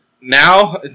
Now